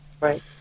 Right